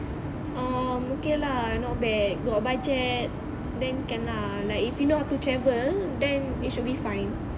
um okay lah not bad got budget then can lah like if you know how to travel then it should be fine